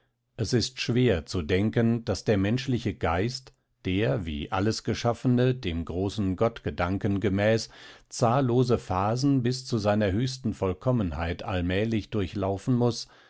es ist schwer zu denken daß der menschliche geist der wie alles geschaffene dem großen gottgedanken gemäß zahllose phasen bis zu seiner höchsten vollkommenheit allmählich durchlaufen muß